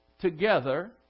together